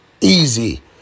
easy